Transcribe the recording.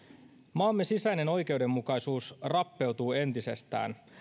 maamme sisäinen oikeudenmukaisuus rappeutuu entisestään